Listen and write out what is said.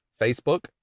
Facebook